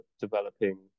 developing